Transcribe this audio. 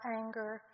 anger